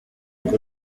ngo